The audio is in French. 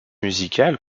musicales